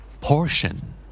Portion